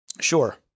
Sure